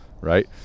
right